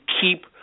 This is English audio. keep